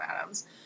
Adams